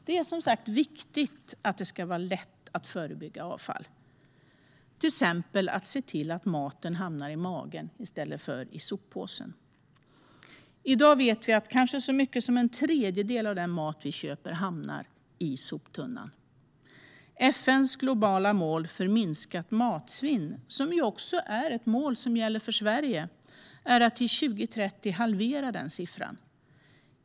Det är som sagt viktigt att det ska vara lätt att förebygga uppkomsten av avfall, till exempel genom att se till att maten hamnar i magen i stället för i soppåsen. I dag vet vi att kanske så mycket som en tredjedel av den mat vi köper hamnar i soptunnan. FN:s globala mål för minskat matsvinn, som också är ett mål som gäller för Sverige, är att till 2030 halvera den siffran.